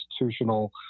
institutional